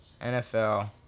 NFL